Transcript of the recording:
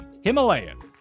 Himalayan